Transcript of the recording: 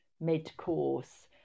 mid-course